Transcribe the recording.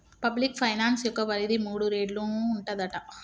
public finance యొక్క పరిధి మూడు రేట్లు ఉంటదట